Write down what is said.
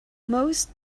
most